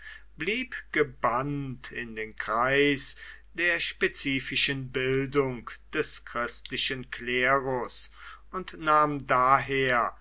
blieb gebannt in den kreis der spezifischen bildung des christlichen klerus und nahm daher